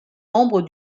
membres